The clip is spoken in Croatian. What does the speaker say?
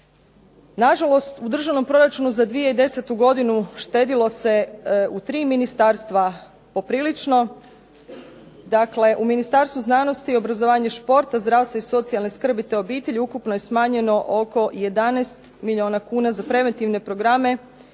Nažalost, u Državnom proračunu za 2010. godinu štedilo se u tri ministarstva poprilično. Dakle u Ministarstvu znanosti, obrazovanje i športa, zdravstva i socijalne skrbi, te obitelji ukupno je smanjeno oko 11 milijuna kuna za preventivne programe